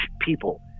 people